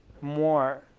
more